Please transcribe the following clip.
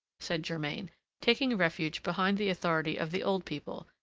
said germain taking refuge behind the authority of the old people,